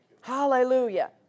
Hallelujah